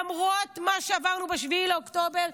למרות מה שעברנו ב-7 באוקטובר,